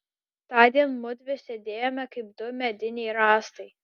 tądien mudvi sėdėjome kaip du mediniai rąstai